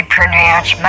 pronounce